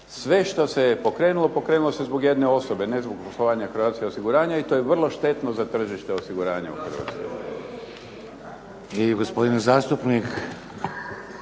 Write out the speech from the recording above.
Sve što se pokrenulo, pokrenulo se zbog jedne osobe, ne zbog poslovanja "Croatia osiguranja" i to je vrlo štetno za tržište osiguranja u Hrvatskoj.